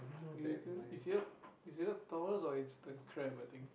it's either it's either Taurus or it's the crab I think